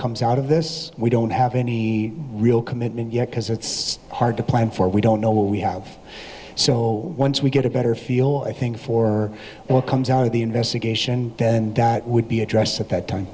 comes out of this we don't have any real commitment yet because it's hard to plan for we don't know what we have so once we get a better feel i think for what comes out of the investigation then that would be addressed at that time